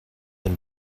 than